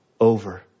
over